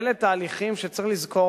אלה תהליכים שצריך לזכור,